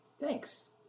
Thanks